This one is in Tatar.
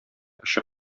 очы